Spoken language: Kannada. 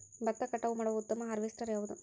ಭತ್ತ ಕಟಾವು ಮಾಡುವ ಉತ್ತಮ ಹಾರ್ವೇಸ್ಟರ್ ಯಾವುದು?